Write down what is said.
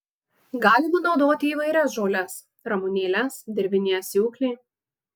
galima naudoti įvairias žoles ramunėles dirvinį asiūklį